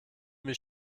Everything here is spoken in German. mich